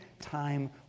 time